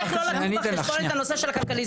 --- איך לא לקחו בחשבון את הנושא של הכלכלי,